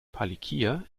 palikir